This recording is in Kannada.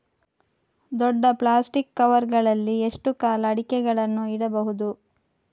ದೊಡ್ಡ ಪ್ಲಾಸ್ಟಿಕ್ ಕವರ್ ಗಳಲ್ಲಿ ಎಷ್ಟು ಕಾಲ ಅಡಿಕೆಗಳನ್ನು ಇಡಬಹುದು?